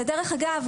דרך אגב,